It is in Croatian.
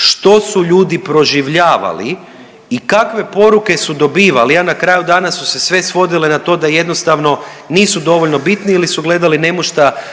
što su ljudi proživljavali i kakve poruke su dobivali, a na kraju dana su se sve svodile na to da jednostavno nisu dovoljno bitni ili su gledali nemušta